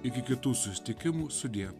iki kitų susitikimų sudie